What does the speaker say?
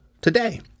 today